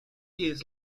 years